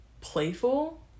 playful